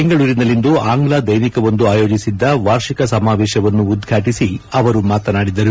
ಬೆಂಗಳೂರಿನಲ್ಲಿಂದು ಆಂಗ್ಲ ದೈನಿಕವೊಂದು ಆಯೋಜಿಸಿದ್ದ ವಾರ್ಷಿಕ ಸಮಾವೇಶವನ್ನು ಉದ್ಘಾಟಿಸಿ ಅವರು ಮಾತನಾಡಿದರು